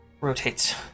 rotates